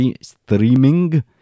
Streaming